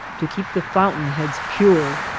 to keep the fountain-heads pure,